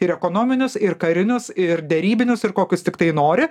ir ekonominius ir karinius ir derybinius ir kokius tiktai nori